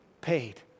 paid